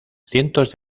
cientos